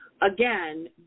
Again